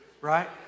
right